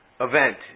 event